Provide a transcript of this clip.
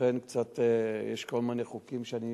יש כל מיני חוקים שבהצגתם אני